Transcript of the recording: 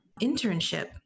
internship